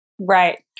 Right